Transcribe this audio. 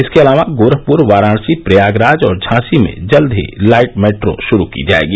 इसके अलावा गोरखपुर वाराणसी प्रयागराज और झांसी में जल्द ही लाइट मेट्रो शुरू की जायेगी